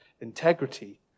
integrity